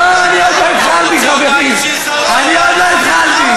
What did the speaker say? לא, אני עוד לא התחלתי.